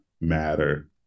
matter